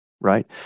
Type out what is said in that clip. right